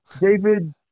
David